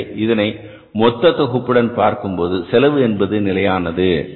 எனவே இதனை மொத்த தொகுப்புடன் பார்க்கும்போது செலவு என்பது நிலையானது